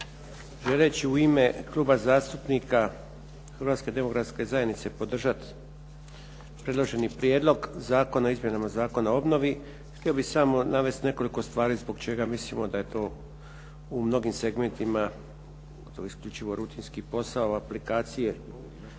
u ime Kluba zastupnika Hrvatske Demokratske Zajednice podržati predloženi Prijedlog zakona o Izmjenama zakona o obnovi. Htio bih samo navesti nekoliko stvari zbog čega mislimo da je to u mnogim segmentima, gotovo isključivo rutinski posao, aplikacije,